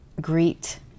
greet